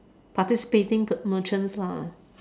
participating per merchants lah